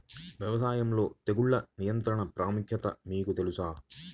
వ్యవసాయంలో తెగుళ్ల నియంత్రణ ప్రాముఖ్యత మీకు తెలుసా?